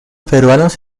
peruanos